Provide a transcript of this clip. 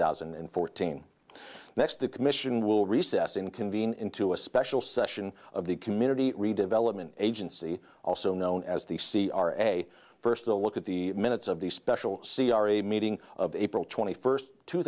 thousand and fourteen next the commission will recess in convene into a special session of the community redevelopment agency also known as the c r a first a look at the minutes of the special c r a meeting of april twenty first two